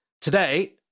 today